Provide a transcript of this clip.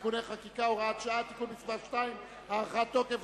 (תיקוני חקיקה) (הוראות שעה) (תיקון מס' 2) (הארכת תוקף),